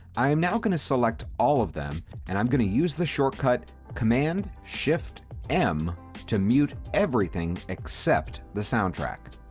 i am now going to select all of them and i'm going to use the shortcut command shift m to mute everything except the soundtrack.